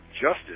justice